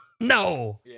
No